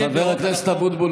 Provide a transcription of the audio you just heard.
חבר הכנסת אבוטבול,